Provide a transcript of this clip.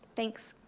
thanks.